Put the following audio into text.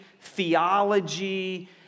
theology